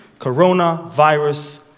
coronavirus